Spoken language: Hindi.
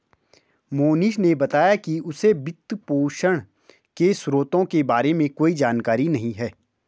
मोहनीश ने बताया कि उसे वित्तपोषण के स्रोतों के बारे में कोई जानकारी नही है